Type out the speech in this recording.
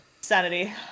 sanity